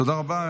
תודה רבה.